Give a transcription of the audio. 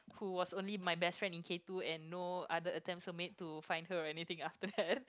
who was only my best friend in K two and no other attempts were made to find her or anything after that